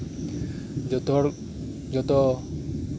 ᱡᱚᱛᱚ ᱦᱚᱲ ᱡᱚᱛᱚ